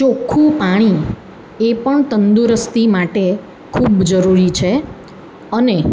ચોખ્ખું પાણી એ પણ તંદુરસ્તી માટે ખૂબ જરૂરી છે અને